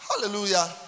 Hallelujah